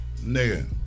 Nigga